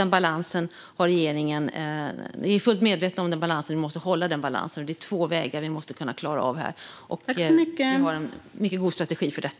Vi i regeringen är fullt medvetna om denna balans, och vi måste hålla den. Det är två vägar som vi måste klara av här, och vi har en mycket god strategi för det.